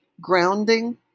grounding